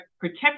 protect